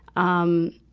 um,